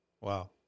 Wow